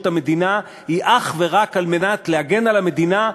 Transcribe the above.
המדינה היא אך ורק על מנת להגן על המדינה,